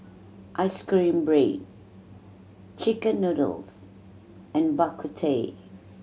ice cream bread chicken noodles and Bak Kut Teh